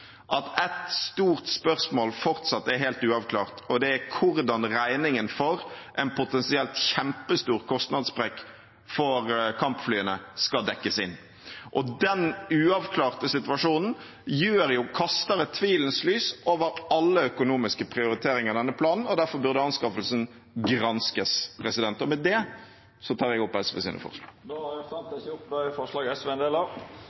at et stort spørsmål fortsatt er helt uavklart. Det er hvordan regningen for en potensielt kjempestor kostnadssprekk for kampflyene skal dekkes inn. Den uavklarte situasjonen kaster et tvilens lys over alle økonomiske prioriteringer i denne planen, og derfor burde anskaffelsen granskes. – Med det tar jeg opp SVs forslag.